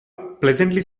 pleasantly